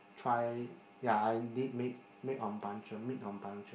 try ya I did meet meet on punctual meet on punctual